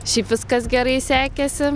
šiaip viskas gerai sekėsi